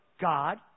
God